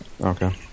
okay